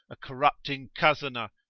a corrupting cozener,